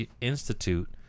Institute